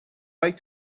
like